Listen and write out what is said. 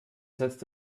setzt